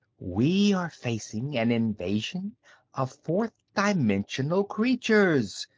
we are facing an invasion of fourth-dimensional creatures,